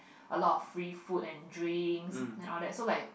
a lot of free food and drinks and all that so like